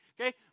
Okay